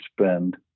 spend